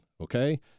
Okay